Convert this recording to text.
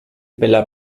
bella